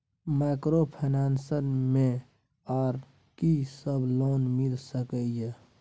Microfinance मे आर की सब लोन मिल सके ये?